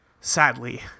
Sadly